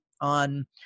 on